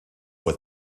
with